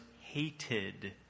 hated